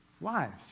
lives